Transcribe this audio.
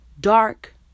dark